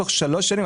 תוך שלוש שנים,